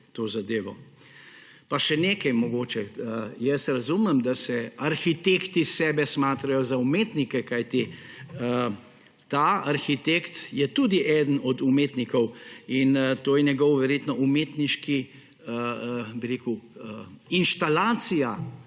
to zadevo. Pa še nekaj mogoče. Razumem, da arhitekti sebe smatrajo za umetnike, kajti ta arhitekt je tudi eden od umetnikov in to je verjetno njegova umetniška instalacija,